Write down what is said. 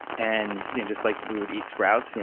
and just like we would eat sprouts, yeah